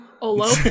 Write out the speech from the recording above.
Olo